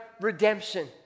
redemption